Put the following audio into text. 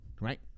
right